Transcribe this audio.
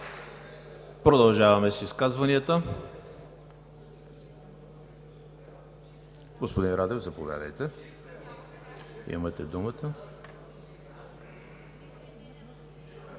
Продължаваме с изказванията. Господин Радев, заповядайте – имате думата.